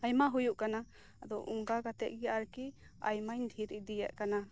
ᱟᱭᱢᱟ ᱦᱳᱭᱳᱜ ᱠᱟᱱᱟ ᱟᱫᱚ ᱚᱱᱠᱟ ᱠᱟᱛᱮᱫ ᱜᱤ ᱟᱨᱠᱤ ᱟᱭᱢᱟᱧ ᱫᱷᱤᱨ ᱤᱫᱤ ᱠᱮᱫᱮᱭᱮᱫ ᱠᱟᱱᱟ